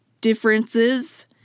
differences